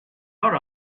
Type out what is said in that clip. not